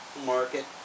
market